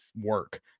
work